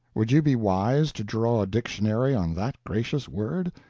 would you be wise to draw a dictionary on that gracious word?